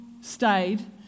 stayed